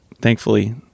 Thankfully